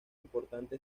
importante